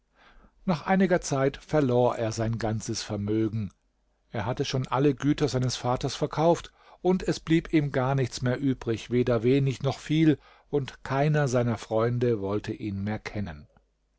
nach einiger zeit verlor er sein ganzes vermögen er hatte schon alle güter seines vaters verkauft und es blieb ihm gar nichts mehr übrig weder wenig noch viel und keiner seiner freunde wollte ihn mehr kennen